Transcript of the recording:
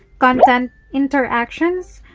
content interactions,